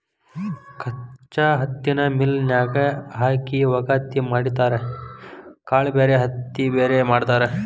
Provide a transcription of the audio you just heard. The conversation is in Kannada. ಕಚ್ಚಾ ಹತ್ತಿನ ಮಿಲ್ ನ್ಯಾಗ ಹಾಕಿ ವಗಾತಿ ಮಾಡತಾರ ಕಾಳ ಬ್ಯಾರೆ ಹತ್ತಿ ಬ್ಯಾರೆ ಮಾಡ್ತಾರ